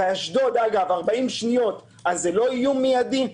באשדוד זה 40 שניות, אז זה לא איום מיידי?